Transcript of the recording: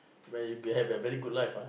when you have a very good life ah